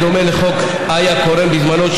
בדומה לחוק איה כורם בזמנו,